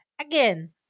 again